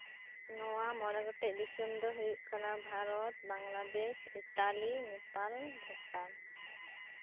ᱱᱚᱶᱟ ᱢᱚᱬᱮ ᱜᱚᱴᱮᱱ ᱫᱤᱥᱚᱢ ᱫᱚ ᱦᱳᱭᱳᱜ ᱠᱟᱱᱟ ᱵᱷᱟᱨᱚᱛ ᱵᱟᱝᱞᱟᱫᱮᱥ ᱤᱛᱟᱞᱤ ᱱᱮᱯᱟᱞ ᱵᱷᱩᱴᱟᱱ